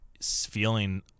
feeling